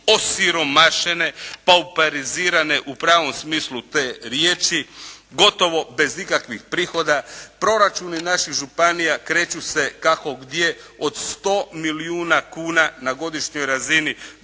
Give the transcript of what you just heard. osiromašene, pauperizirane u pravom smislu te riječi, gotovo bez ikakvog prihoda. Proračuni naših županija kreću se kako gdje, od 100 milijuna kuna na godišnjoj razini